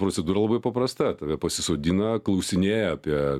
procedūra labai paprasta tave pasisodina klausinėja apie